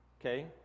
Okay